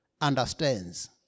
understands